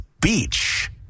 beach